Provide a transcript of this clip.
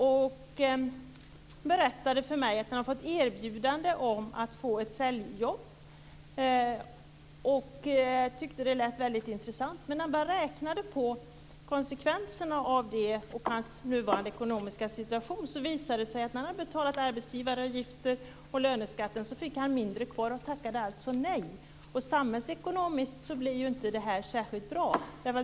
Han berättade för mig att han hade fått erbjudande om ett säljjobb och att han tyckte att det lät väldigt intressant. Men när han räknade på vilka konsekvenser jobbet skulle få på hans nuvarande ekonomiska situation visade det sig att han skulle få mindre kvar när han hade betalt arbetsgivaravgift och löneskatt. Han tackade därför nej. Samhällsekonomiskt blir det här ju inte särskilt bra.